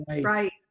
right